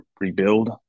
rebuild